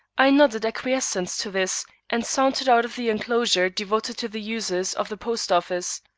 i nodded acquiescence to this and sauntered out of the enclosure devoted to the uses of the post-office.